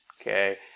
Okay